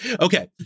okay